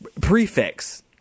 prefix